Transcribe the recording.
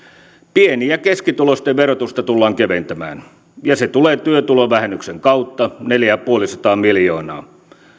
pieni ja keskituloisten verotusta tullaan keventämään ja se tulee työtulovähennyksen kautta neljäsataaviisikymmentä miljoonaa